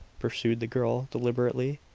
pursed the girl deliberately,